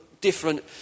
different